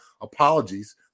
apologies